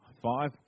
Five